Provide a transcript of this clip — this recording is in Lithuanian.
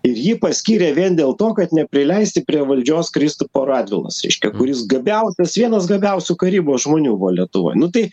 ir jį paskyrė vien dėl to kad neprileisti prie valdžios kristupo radvilos reiškia kuris gabiausias vienas gabiausių karybos žmonių buvo lietuvoj nu tai